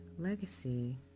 Legacy